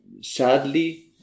sadly